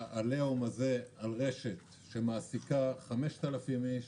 העליהום הזה על רשת שמעסיקה 5,000 אנשים,